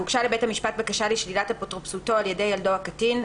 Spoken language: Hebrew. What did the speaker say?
והוגשה לבית המשפט בקשה לשלילת אפוטרופסותו על ידי ילדו הקטין,